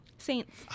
Saints